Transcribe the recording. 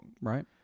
Right